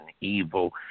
evil